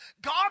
God